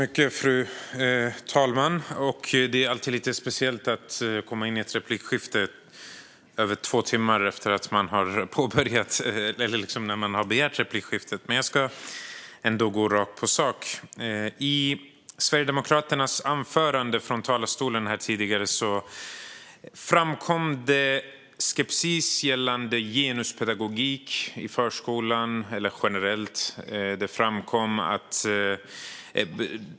Fru talman! Det är alltid lite speciellt att starta ett replikskifte över två timmar efter att man har begärt replik, men jag ska gå rakt på sak. I Sverigedemokraternas anförande från talarstolen tidigare framkom skepsis gällande genuspedagogik i förskolan, eller generellt.